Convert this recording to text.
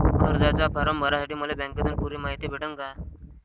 कर्जाचा फारम भरासाठी मले बँकेतून पुरी मायती भेटन का?